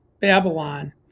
Babylon